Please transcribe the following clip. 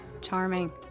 charming